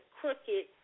crooked